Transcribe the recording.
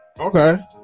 okay